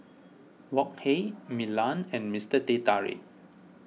Wok Hey Milan and Mister Teh Tarik